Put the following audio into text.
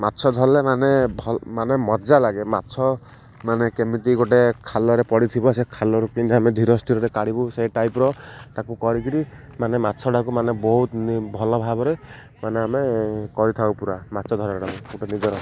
ମାଛ ଧରିଲେ ମାନେ ମାନେ ମଜା ଲାଗେ ମାଛ ମାନେ କେମିତି ଗୋଟେ ଖାଲରେ ପଡ଼ିଥିବ ସେ ଖାଲରୁ ପିନ୍ଧି ଆମେ ଧୀର ସ୍ଥିରରେ କାଢ଼ିବୁ ସେଇ ଟାଇପ୍ର ତାକୁ କରିକି ମାନେ ମାଛଟାକୁ ମାନେ ବହୁତ ଭଲ ଭାବରେ ମାନେ ଆମେ କରିଥାଉ ପୁରା ମାଛ ଧରାଟାକୁ ଗୋଟେ ନିଜର